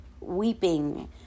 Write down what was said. weeping